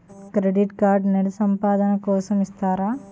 Credit card నెల సంపాదన కోసం ఇస్తారా?